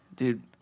dude